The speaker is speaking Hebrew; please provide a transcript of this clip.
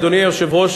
אדוני היושב-ראש,